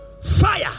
Fire